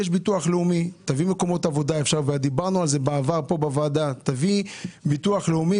יש ביטוח לאומי - דיברנו על זה בעבר בוועדה כאן תביאי ביטוח לאומי